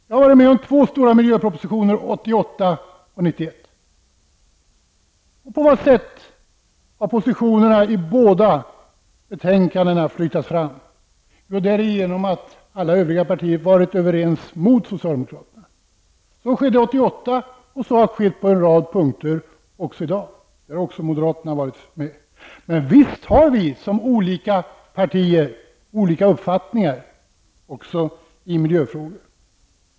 Jag har varit med om att behandla två stora miljöpropositioner, 1988 och 1991. På vilket sätt har positionerna i de båda betänkandena flyttats fram? Jo, därigenom att alla övriga partier har varit överens mot socialdemokraterna. Så skedde 1988 och så har skett på en rad punkter också i dag. Moderaterna har också varit med. Visst har vi som olika partier olika uppfattningar, även i miljöfrågor.